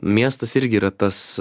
miestas irgi yra tas